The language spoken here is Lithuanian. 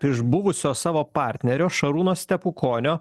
iš buvusio savo partnerio šarūno stepukonio